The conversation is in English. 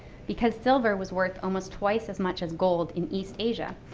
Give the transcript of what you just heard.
because silver was worth almost twice as much as gold in east asia,